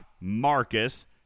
Marcus